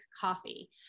coffee